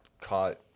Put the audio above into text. caught